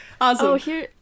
Awesome